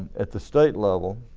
at the state level